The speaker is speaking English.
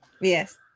Yes